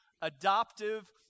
adoptive